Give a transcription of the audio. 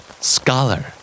Scholar